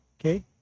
okay